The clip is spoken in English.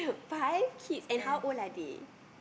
five kids and how old are they